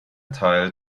teil